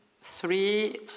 three